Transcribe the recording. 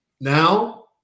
Now